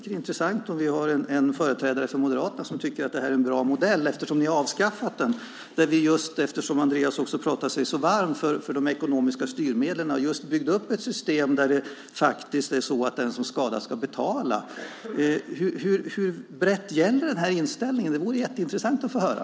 Det är intressant om vi har en företrädare från Moderaterna som tycker att det är en bra modell. Andreas pratar sig så varm för de ekonomiska styrmedlen och bygger upp ett system där den som skadar ska betala. Hur brett gäller inställningen? Det vore intressant att få höra.